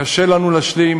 קשה לנו להשלים